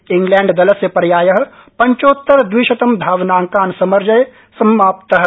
इंग्लैंडदलस्य पर्याय पञ्चोत्तर द्विशत धावनांकान् समर्जय समाप्तः